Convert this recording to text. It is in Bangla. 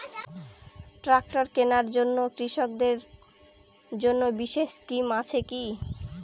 ট্রাক্টর কেনার জন্য কৃষকদের জন্য বিশেষ স্কিম আছে কি?